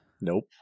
Nope